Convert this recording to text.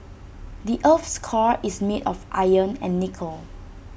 the Earth's core is made of iron and nickel